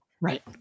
Right